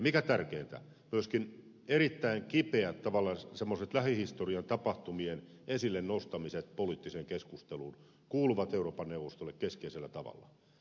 mikä tärkeintä myöskin erittäin kipeät tavallaan lähihistorian tapahtumien esille nostamiset poliittiseen keskusteluun kuuluvat euroopan neuvostolle keskeisellä tavalla